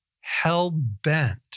hell-bent